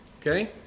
okay